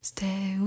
Stay